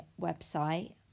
website